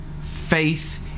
faith